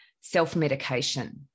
self-medication